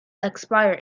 expire